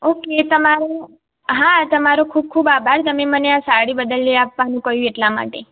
okay તમારો હા તમારો ખૂબ ખૂબ આભાર તમે મને આ સાડી બદલી આપવાનું કહ્યું એટલાં માટે